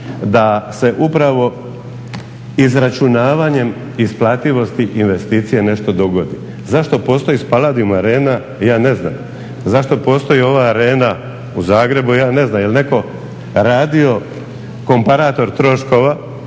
da se upravo izračunavanjem isplativosti investicije nešto dogodi. Zašto postoji Spaladium Arena ja ne znam, zašto postoji ova Arena u Zagrebu ja ne znam. Je li netko radio komparator troškova,